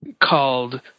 called